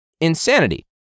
insanity